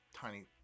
Tiny